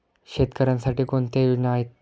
शेतकऱ्यांसाठी कोणत्या योजना आहेत?